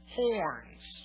horns